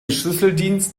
schlüsseldienst